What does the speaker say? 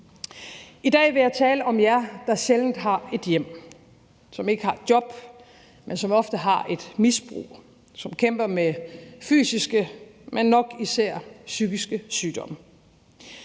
I dag vil jeg tale om jer, der sjældent har et hjem, som ikke har et job, men som ofte har et misbrug, og som kæmper med fysiske, men nok især psykiske sygdomme;